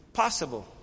possible